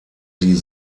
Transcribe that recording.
sie